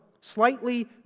slightly